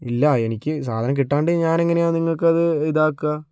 ഇല്ല എനിക്ക് സാധനം കിട്ടാണ്ട് ഞാനെങ്ങനെയാണ് നിങ്ങൾക്കത് ഇതാക്കുക